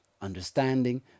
Understanding